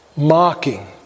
Mocking